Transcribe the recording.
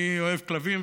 אני אוהב כלבים,